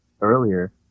earlier